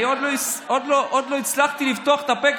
אני עוד לא הצלחתי לפתוח את הפה,